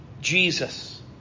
Jesus